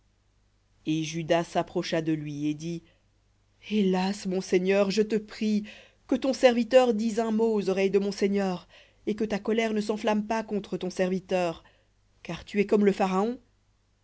hélas mon seigneur je te prie que ton serviteur dise un mot aux oreilles de mon seigneur et que ta colère ne s'enflamme pas contre ton serviteur car tu es comme le pharaon